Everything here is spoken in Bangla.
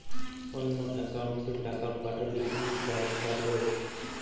অন্য একাউন্টে টাকা পাঠালে কি চার্জ কাটবে?